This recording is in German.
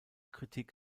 kritik